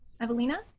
Evelina